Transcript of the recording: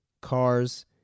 cars